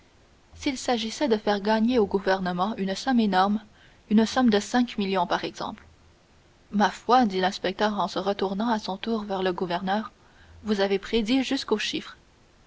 s'il s'agissait de faire gagner au gouvernement une somme énorme une somme de cinq millions par exemple ma foi dit l'inspecteur en se retournant à son tour vers le gouverneur vous aviez prédit jusqu'au chiffre